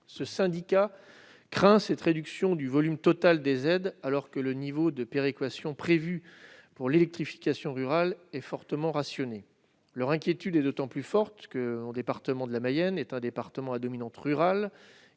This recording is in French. d'électricité craint une réduction du volume total des aides alors que le niveau de péréquation prévu pour l'électrification rurale est fortement rationné. Son inquiétude est d'autant plus forte que la Mayenne est un département à dominante rurale,